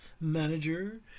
manager